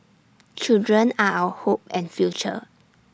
children are our hope and future